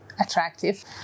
attractive